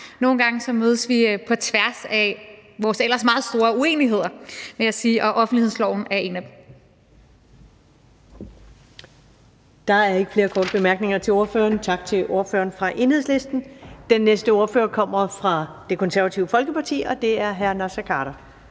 Nogle gange mødes vi på tværs af vores ellers meget store uenigheder, vil jeg sige, og offentlighedsloven er et eksempel